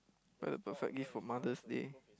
buy the perfect gift for Mother's-Day